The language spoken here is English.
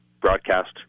broadcast